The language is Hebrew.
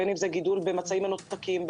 בין אם זה גידול במצעים מנותקים,